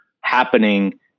happening